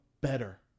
better